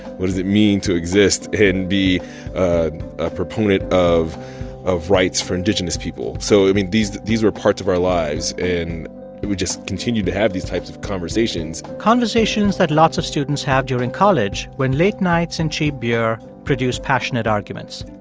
what does it mean to exist and be a proponent of of rights for indigenous people? so, i mean, these these were parts of our lives. and we just continued to have these types of conversations. conversations that lots of students have during college when late nights and cheap beer produce passionate arguments.